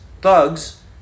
thugs